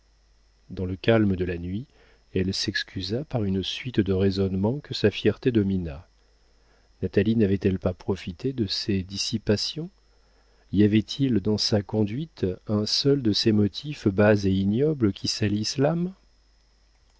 dans le calme de la nuit elle s'excusa par une suite de raisonnements que sa fierté domina natalie n'avait-elle pas profité de ses dissipations y avait-il dans sa conduite un seul de ces motifs bas et ignobles qui salissent l'âme